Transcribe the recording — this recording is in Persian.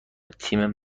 تیم